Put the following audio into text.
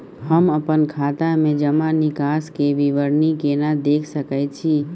हम अपन खाता के जमा निकास के विवरणी केना देख सकै छी?